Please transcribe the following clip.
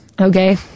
Okay